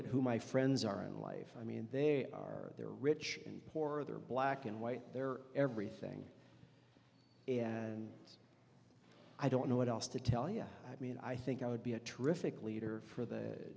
at who my friends are in life i mean they are there rich and poor they're black and white they're everything so i don't know what else to tell you i mean i think i would be a terrific leader for the